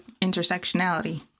intersectionality